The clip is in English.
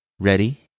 Ready